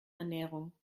ernährung